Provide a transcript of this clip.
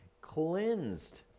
cleansed